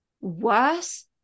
worse